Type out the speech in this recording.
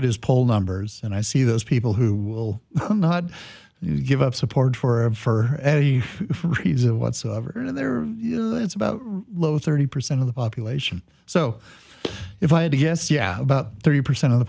at his poll numbers and i see those people who will not give up support for a further any reason whatsoever and there are it's about thirty percent of the population so if i had to guess yeah about thirty percent of the